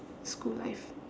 school life